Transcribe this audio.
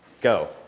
Go